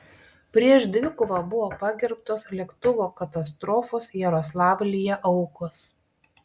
prieš dvikovą buvo pagerbtos lėktuvo katastrofos jaroslavlyje aukos